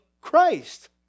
Christ